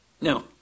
Now